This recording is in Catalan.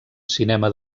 cinema